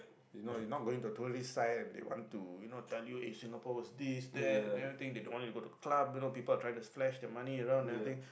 you know you not going to tourist site and they want to you know tell you eh Singapore was this that and everything they don't want you to go to club and you know people are trying to flash the money around and everything